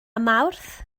mawrth